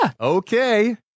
Okay